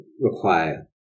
require